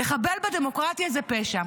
לחבל בדמוקרטיה זה פשע.